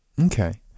Okay